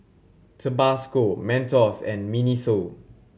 Tabasco Mentos and MINISO